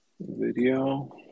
video